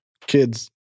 kids